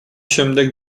შემდეგ